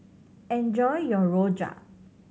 enjoy your rojak